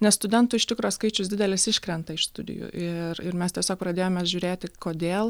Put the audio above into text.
nes studentų iš tikro skaičius didelis iškrenta iš studijų ir ir mes tiesiog pradėjome žiūrėti kodėl